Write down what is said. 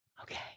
Okay